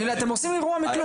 אתם עושים אירוע מכלום.